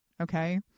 Okay